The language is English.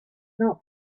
not